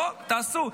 בוא, תעשו.